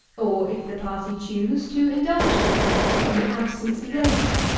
or, if the party choose, to indulge himself in the absence of labour.